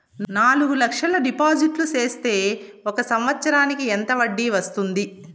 నాలుగు లక్షల డిపాజిట్లు సేస్తే ఒక సంవత్సరానికి ఎంత వడ్డీ వస్తుంది?